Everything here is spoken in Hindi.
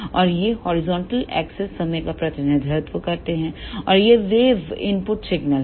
और यह हॉरिजॉन्टल एक्सेस समय का प्रतिनिधित्व करता है और यह वेव इनपुट सिग्नल है